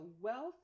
wealth